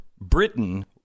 Britain